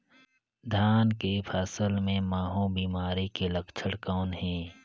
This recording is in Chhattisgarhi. धान के फसल मे महू बिमारी के लक्षण कौन हे?